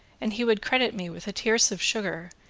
and he would credit me with a tierce of sugar,